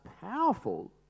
powerful